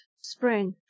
Spring